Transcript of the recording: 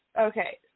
Okay